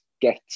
get